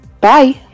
bye